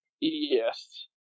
Yes